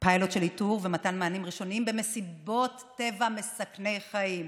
פיילוט של איתור ומתן מענים ראשונים במסיבות טבע מסכנות חיים,